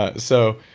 ah so